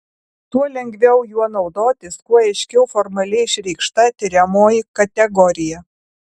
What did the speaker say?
tuo lengviau juo naudotis kuo aiškiau formaliai išreikšta tiriamoji kategorija